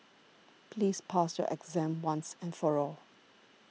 please pass your exam once and for all